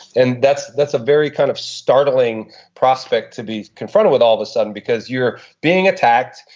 and that's that's a very kind of startling prospect to be confronted with all of a sudden because you're being attacked.